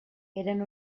eren